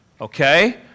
okay